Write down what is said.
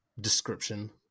description